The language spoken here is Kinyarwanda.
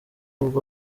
ubwo